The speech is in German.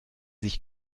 sich